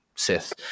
sith